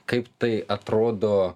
kaip tai atrodo